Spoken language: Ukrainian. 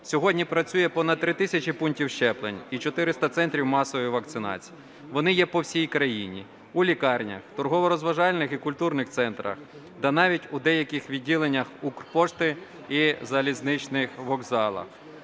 Сьогодні працює понад 3 тисячі пунктів щеплень і 400 центрів масової вакцинації. Вони є по всій країні у лікарнях, торгово-розважальних і культурних центрах та навіть у деяких відділеннях Укрпошти і залізничних вокзалах.